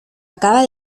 acaba